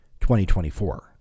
2024